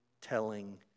telling